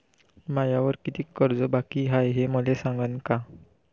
मायावर कितीक कर्ज बाकी हाय, हे मले सांगान का?